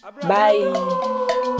bye